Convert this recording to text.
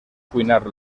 cuinar